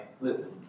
Listen